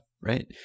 right